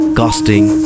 casting